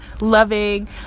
loving